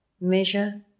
measure